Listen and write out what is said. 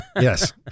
Yes